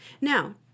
Now